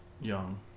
young